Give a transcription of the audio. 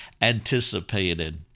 anticipated